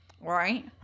right